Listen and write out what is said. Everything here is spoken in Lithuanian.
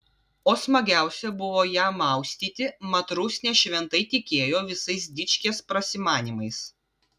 o smagiausia buvo ją maustyti mat rusnė šventai tikėjo visais dičkės prasimanymais